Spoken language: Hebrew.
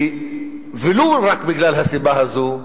ולו רק בגלל הסיבה הזו,